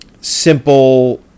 simple